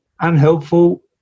unhelpful